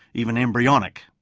even embryonic.